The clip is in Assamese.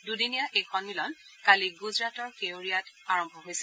দুদিনীয়া এই সম্মিলন কালি গুজৰাটৰ কেৱড়িয়াত আৰম্ভ হৈছিল